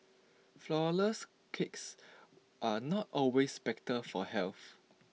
Flourless Cakes are not always better for health